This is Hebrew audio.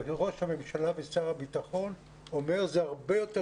ראש הממשלה ושר הביטחון אומר ש'זה הרבה יותר